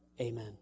Amen